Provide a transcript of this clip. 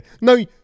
no